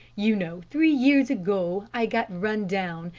you know three years ago i got run down,